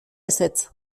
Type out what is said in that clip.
ezetz